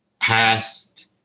past